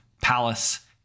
Palace